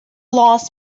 loss